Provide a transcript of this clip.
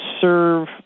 serve